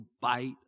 bite